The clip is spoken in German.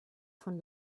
von